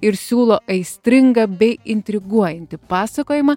ir siūlo aistringą bei intriguojantį pasakojimą